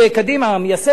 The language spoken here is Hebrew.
מייסד קדימה,